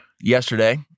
yesterday